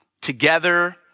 together